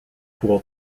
pour